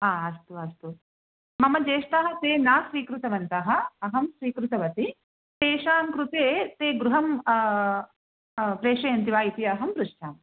अस्तु अस्तु मम ज्येष्ठाः ते न स्वीकृतवन्तः अहं स्वीकृतवती तेषां कृते ते गृहं प्रेषयन्ति वा इति अहं पृच्छामि